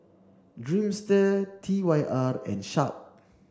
Dreamster T Y R and Sharp